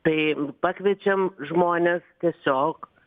tai pakviečiam žmones tiesiog